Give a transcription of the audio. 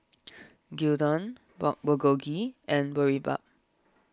Gyudon Pork Bulgogi and Boribap